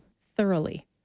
thoroughly